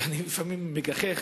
ואני לפעמים מגחך,